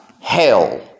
hell